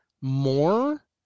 more